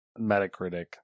Metacritic